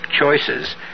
choices